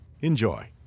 Enjoy